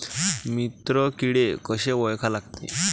मित्र किडे कशे ओळखा लागते?